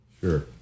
Sure